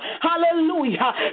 hallelujah